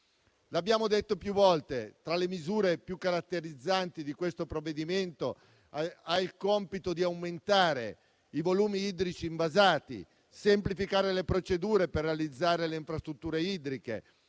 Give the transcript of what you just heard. abbiamo detto più volte, tra le sue misure più caratterizzanti questo provvedimento ha il compito di aumentare i volumi idrici invasati, di semplificare le procedure per la realizzazione di infrastrutture idriche,